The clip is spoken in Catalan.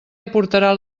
aportarà